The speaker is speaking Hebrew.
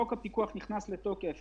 חוק הפיקוח נכנס לתוקף